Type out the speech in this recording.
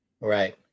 Right